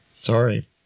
Sorry